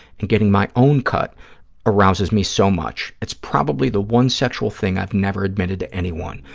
and getting my own cut arouses me so much. it's probably the one sexual thing i've never admitted to anyone,